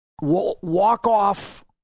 walk-off